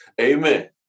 Amen